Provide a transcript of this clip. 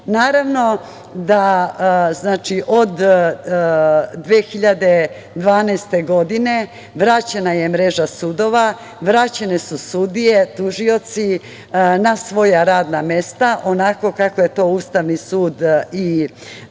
od 2012. godine vraćena je mreža sudova, vraćene su sudije, tužioci, na svoja radna mesta, onako kako je to Ustavni sud i naložio.